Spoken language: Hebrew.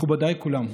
מכובדיי כולם,